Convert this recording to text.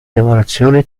lavorazione